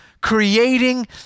creating